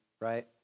right